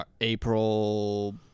April